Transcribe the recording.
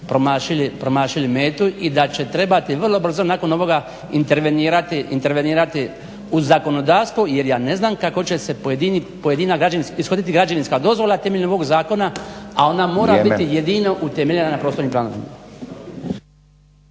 promašili metu i da će trebati vrlo brzo nakon ovoga intervenirati u zakonodavstvo jer ja ne znam kako će se pojedini, ishoditi građevinska dozvola temeljem ovog zakona, a ona mora biti jedino utemeljena na prostornim planovima.